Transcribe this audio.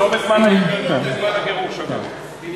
לא בזמן ההתנתקות, בזמן הגירוש, אגב.